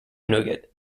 nougat